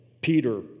Peter